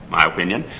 my opinion.